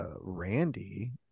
Randy